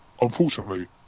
Unfortunately